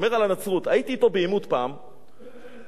הייתי אתו פעם בעימות ודיברתי על כך